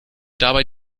dabei